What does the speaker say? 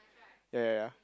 ya